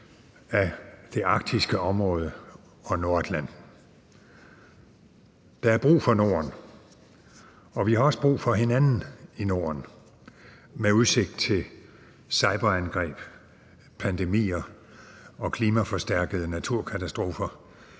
til det arktiske område og Nordatlanten. Der er brug for Norden, og vi har også brug for hinanden i Norden med udsigten til cyberangreb, pandemier og klimaforstærkede naturkatastrofer.